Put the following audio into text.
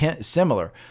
similar